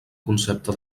concepte